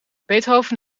beethoven